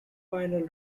final